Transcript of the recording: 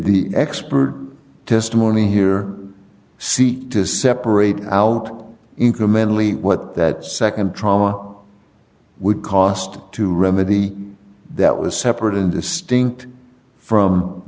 the expert testimony here seek to separate out incrementally what that nd trauma would cost to remedy that was separate and distinct from